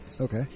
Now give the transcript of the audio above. Okay